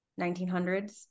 1900s